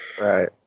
Right